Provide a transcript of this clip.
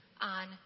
on